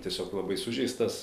tiesiog labai sužeistas